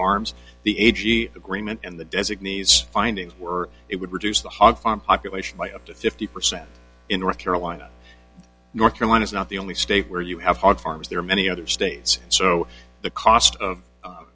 farms the a g t agreement and the designees findings were it would reduce the hog farm population by up to fifty percent in north carolina north carolina's not the only state where you have hot farms there are many other states so the cost of